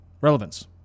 relevance